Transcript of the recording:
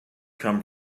come